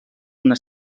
una